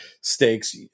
stakes